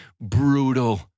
brutal